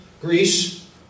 Greece